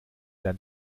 dein